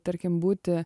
tarkim būti